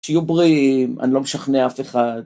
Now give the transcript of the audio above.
שיהיו בריאים, אני לא משכנע אף אחד.